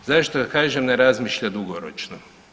Zašto kažem ne razmišlja dugoročno?